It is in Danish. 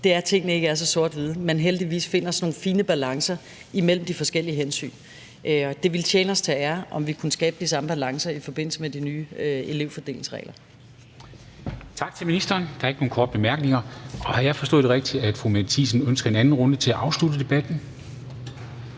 er, at tingene ikke er så sort-hvide, men at man heldigvis finder sådan nogle fine balancer imellem de forskellige hensyn. Det ville tjene os til ære, om vi kunne skabe de samme balancer i forbindelse med de nye elevfordelingsregler.